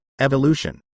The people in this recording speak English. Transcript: evolution